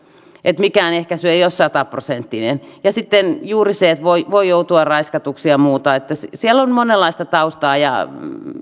että mikään ehkäisy ei ole sataprosenttinen ja sitten on juuri se että voi voi joutua raiskatuksi ja muuta että siellä on monenlaista taustaa